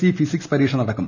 C physics പരീക്ഷ നടക്കും